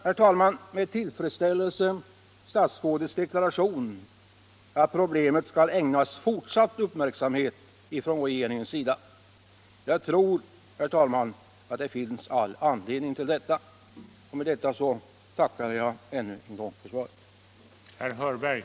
Jag noterar med tillfredsställelse statsrådets deklaration att problemet skall ägnas fortsatt uppmärksamhet från regeringens sida. Jag tror också att det finns all anledning till detta. Med detta tackar jag ännu en gång för svaret.